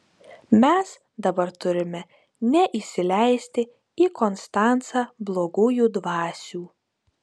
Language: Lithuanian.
mes dabar turime neįsileisti į konstancą blogųjų dvasių